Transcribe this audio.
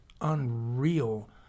unreal